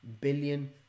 billion